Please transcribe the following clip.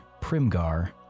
Primgar